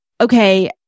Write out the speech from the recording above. okay